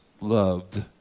loved